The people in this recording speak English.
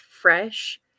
fresh